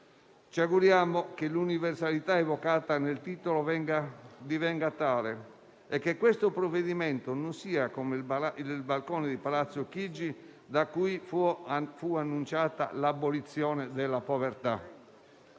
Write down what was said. Ci auguriamo che l'universalità evocata nel titolo divenga tale e che questo provvedimento non sia come il balcone di Palazzo Chigi, da cui fu annunciata l'abolizione della povertà.